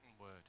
word